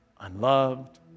unloved